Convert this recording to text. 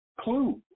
clue